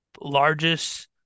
largest